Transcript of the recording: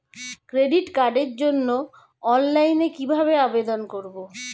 Credit কার্ডের জন্য অনলাইনে কিভাবে আবেদন করব?